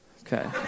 Okay